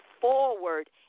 forward